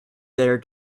their